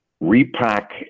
repack